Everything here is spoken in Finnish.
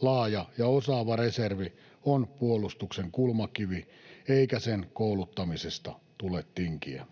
Laaja ja osaava reservi on puolustuksen kulmakivi, eikä sen kouluttamisesta tule tinkiä.